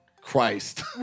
Christ